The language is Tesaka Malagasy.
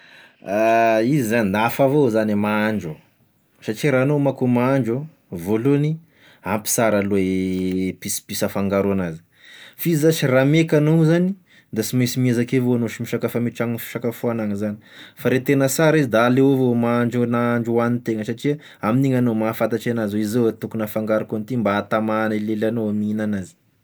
Izy zany da hafa avao zagne mahandro, satria raha anao manko mahandro, voalohany, ampy sara aloha i pisopiso afangaro an'azy, f'izy zash raha meka anao moa zany da sy mainsy miezaky avao anao sh misakafo ame tragno fisakafoagnana zany, fa re tena sara izy da aleo avao mahandro nahandro hoagnintena satria amign'igny anao mahafantatry an'azy hoe izao a tokony afangaroko an'ity mba ahatama gne lelanao mihignana azy.